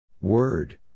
Word